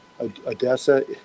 Odessa